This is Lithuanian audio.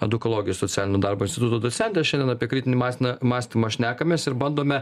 edukologijos socialinio darbo instituto docentė šiandien apie kritinį mąstyną mąstymą šnekamės ir bandome